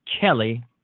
Kelly